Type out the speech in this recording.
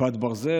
כיפת ברזל.